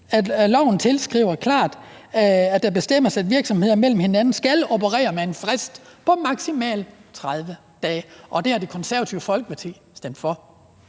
at loven klart tilskriver, at der bestemmes, at virksomheder mellem hinanden skal operere med en frist på maksimalt 30 dage. Og det har Det Konservative Folkeparti stemt for.